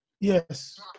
Yes